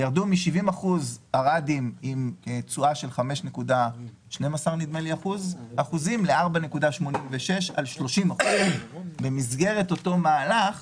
ירדו מ-70% ערדים עם תשואה של 5.12% ל-4.86% על 30%. במסגרת אותו מהלך